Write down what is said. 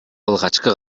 алгачкы